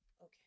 Okay